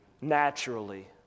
naturally